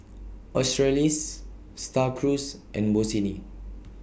Australis STAR Cruise and Bossini